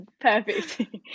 perfect